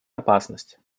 опасность